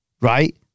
Right